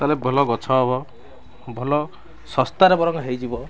ତାହେଲେ ଭଲ ଗଛ ହେବ ଭଲ ଶସ୍ତାରେ ବରଂ ହେଇଯିବ